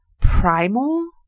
primal